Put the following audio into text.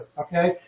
okay